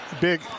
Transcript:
Big